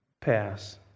pass